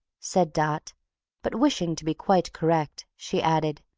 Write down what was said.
said dot but, wishing to be quite correct, she added,